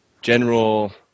general